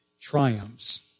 triumphs